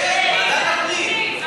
כן, ועדת הפנים.